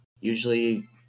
usually